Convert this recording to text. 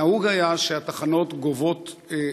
נהוג היה שהתחנות גובות,